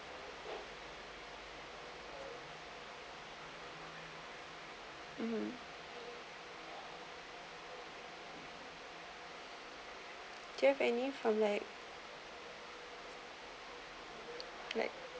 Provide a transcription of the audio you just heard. mmhmm do you have any from like like